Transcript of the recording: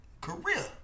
career